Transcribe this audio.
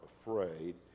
afraid